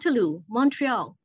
Montreal